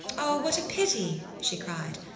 o, what a pity! she cried.